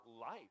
life